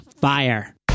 fire